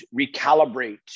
recalibrate